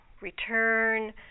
return